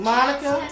Monica